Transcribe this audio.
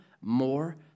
more